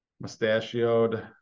mustachioed